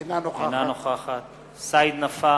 אינה נוכחת סעיד נפאע,